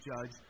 judge